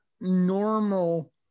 normal